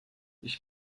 ich